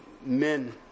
men